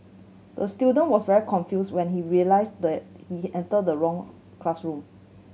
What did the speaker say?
the student was very confused when he realised the he entered the wrong classroom